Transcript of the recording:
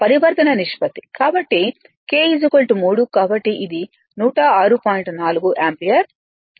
కాబట్టి K 3